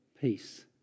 peace